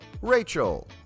rachel